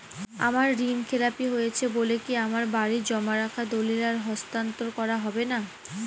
আমার ঋণ খেলাপি হয়েছে বলে কি আমার বাড়ির জমা রাখা দলিল আর হস্তান্তর করা হবে না?